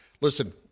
Listen